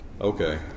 Okay